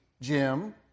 Jim